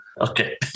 Okay